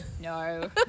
no